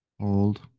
Hold